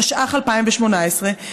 התשע"ח 2018,